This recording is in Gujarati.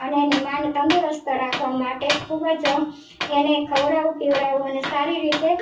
અને એની માને તંદુરસ્ત રાખવા માટે ખૂબ જ એને ખવરાવવું પીવરાવવું અને સારી રીતે